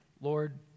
lord